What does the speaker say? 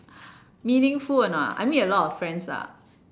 meaningful or not I made a lot of friends lah